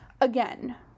Again